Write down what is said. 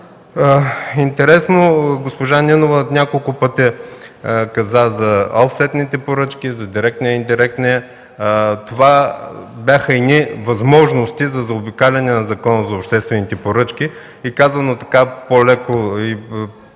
Интересно – госпожа Нинова няколко пъти каза за офсетните поръчки, за директния и индиректния... Това бяха едни възможности за заобикаляне на Закона за обществените поръчки и казано по-леко, за да е